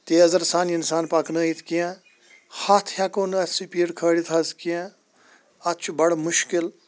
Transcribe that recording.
تیٛزَر سان اِنسان پکنٲیِتھ کیٚنٛہہ ہَتھ ہیٚکو نہٕ اَتھ سِپیٖڈ کھٲلِتھ حظ کیٚنٛہہ اَتھ چھُ بَڑٕ مُشکِل